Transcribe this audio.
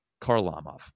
Karlamov